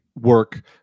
work